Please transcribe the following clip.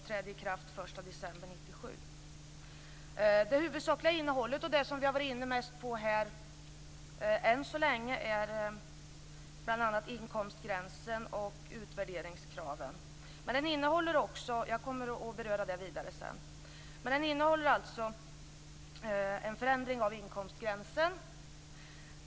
Beslutet fattades Det huvudsakliga innehållet i propositionen, och det som vi än så länge mest har varit inne på, är bl.a. inkomstgränsen och utvärderingskraven. Jag kommer att beröra detta vidare sedan. Propositionen innehåller alltså ett förslag om en förändring av inkomstgränsen.